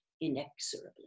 inexorably